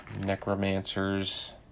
Necromancer's